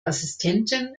assistentin